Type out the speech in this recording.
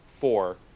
four